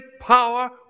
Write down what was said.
power